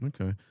Okay